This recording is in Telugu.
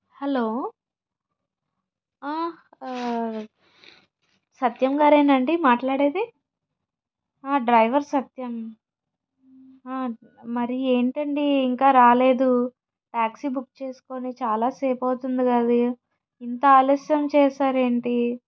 హలో సత్యం గారేనా అండి మాట్లాడేది డ్రైవర్ సత్యం మరి ఏంటండీ ఇంకా రాలేదు ట్యాక్సీ బుక్ చేసుకొని చాలాసేపు అవుతుంది కదా ఇంత ఆలస్యం చేశారేంటి